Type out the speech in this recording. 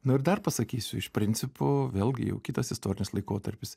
nu ir dar pasakysiu iš principo vėlgi jau kitas istorinis laikotarpis